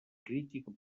crítica